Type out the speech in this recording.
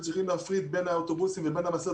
שצריכים להפריד בין האוטובוסים לבין המשאיות,